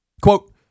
Quote